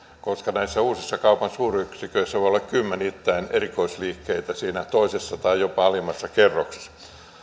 koska näissä uusissa kaupan suuryksiköissä voi olla kymmenittäin erikoisliikkeitä siinä toisessa tai jopa alimmassa kerroksessa